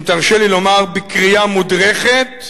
אם תרשה לי לומר, בקריאה מודרכת.